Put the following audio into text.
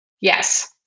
Yes